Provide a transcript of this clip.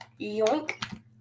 yoink